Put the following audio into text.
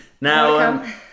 now